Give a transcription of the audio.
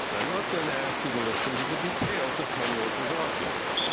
and i'm not going to ask you to listen to the details of penrose's argument,